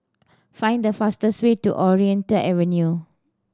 find the fastest way to Ontario Avenue